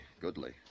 goodly